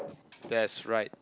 that's right